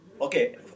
Okay